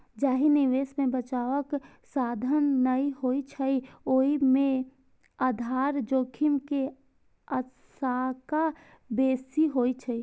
जाहि निवेश मे बचावक साधन नै होइ छै, ओय मे आधार जोखिम के आशंका बेसी होइ छै